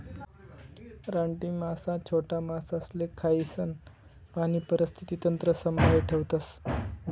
रानटी मासा छोटा मासासले खायीसन पाणी परिस्थिती तंत्र संभाई ठेवतस